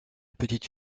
petite